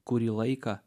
kurį laiką